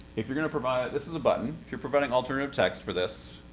if you're gonna provide. this is a button. if you're providing alternative text for this,